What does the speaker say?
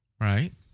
Right